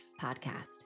podcast